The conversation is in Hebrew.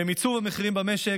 במיצוב המחירים במשק,